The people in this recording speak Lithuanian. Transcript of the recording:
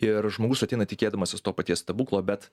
ir žmogus ateina tikėdamasis to paties stebuklo bet